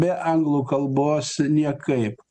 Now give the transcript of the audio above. be anglų kalbos niekaip